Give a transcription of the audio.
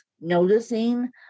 noticing